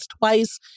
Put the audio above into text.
twice